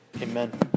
Amen